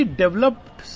developed